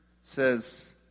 says